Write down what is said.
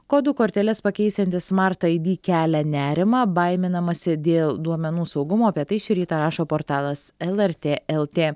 kodų korteles pakeisiantis smart ai di kelia nerimą baiminamasi dėl duomenų saugumo apie tai šį rytą rašo portalas lrt lt